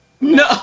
No